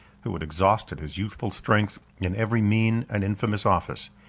who had exhausted his youthful strength in every mean and infamous office,